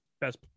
best